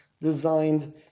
designed